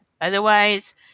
Otherwise